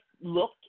look